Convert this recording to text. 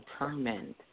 determined